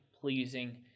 pleasing